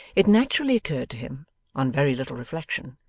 it naturally occurred to him on very little reflection,